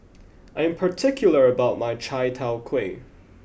I am particular about my Chai Tow Kuay